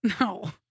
No